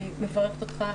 מברכת אותך.